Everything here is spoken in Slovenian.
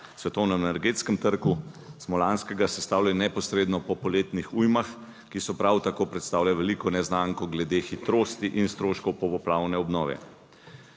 svetovnem energetskem trgu, smo lanskega sestavljali neposredno po poletnih ujmah, ki so prav tako predstavljali(?) veliko neznanko glede hitrosti in stroškov poplavne obnove.